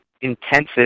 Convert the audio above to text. intensive